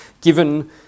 given